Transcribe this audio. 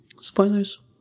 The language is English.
Spoilers